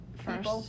First